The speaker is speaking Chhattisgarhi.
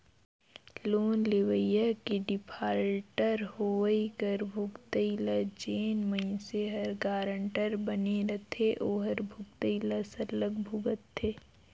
लोन लेवइया के डिफाल्टर होवई कर भुगतई ल जेन मइनसे हर गारंटर बने रहथे ओहर भुगतई ल सरलग भुगतथे